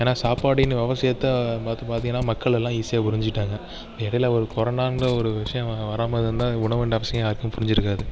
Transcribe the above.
ஏன்னா சாப்பாடின் அவசியத்தை மதும் பார்த்திங்கனா மக்கள் எல்லாம் ஈஸியாக புரிஞ்சிக்கிட்டாங்க இடையில ஒரு கொரோனான்னு ஒரு விஷயம் வராமல் இருந்தால் உணவின் அவசியம் யாருக்குமே புரிஞ்சிருக்காது